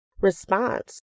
response